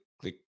click